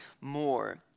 more